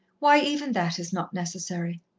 why, even that is not necessary.